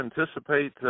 anticipate